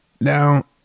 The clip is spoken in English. Now